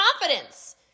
confidence